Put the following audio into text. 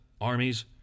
armies